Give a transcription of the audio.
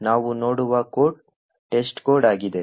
ನಾವು ನೋಡುವ code testcode ಆಗಿದೆ